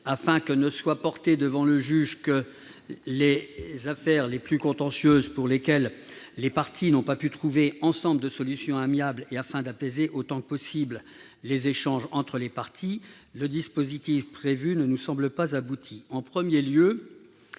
afin que ne soient portées devant le juge que les affaires les plus contentieuses, pour lesquelles les parties n'ont pas pu trouver ensemble de solution amiable, et afin d'apaiser autant que possible les échanges entre les parties »-, le dispositif prévu ne nous semble pas abouti.